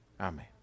amen